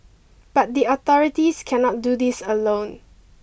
but the authorities cannot do this alone